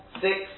six